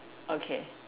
okay